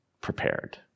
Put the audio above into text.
prepared